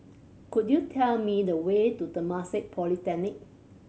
could you tell me the way to Temasek Polytechnic